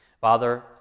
Father